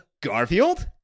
Garfield